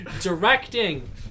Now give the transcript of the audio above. Directing